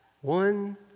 one